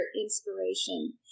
inspiration